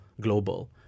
global